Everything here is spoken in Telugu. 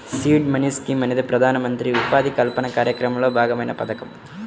సీడ్ మనీ స్కీమ్ అనేది ప్రధానమంత్రి ఉపాధి కల్పన కార్యక్రమంలో భాగమైన పథకం